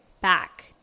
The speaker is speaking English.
back